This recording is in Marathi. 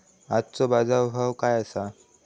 आजचो बाजार भाव काय आसा?